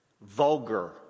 vulgar